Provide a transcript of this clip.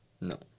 No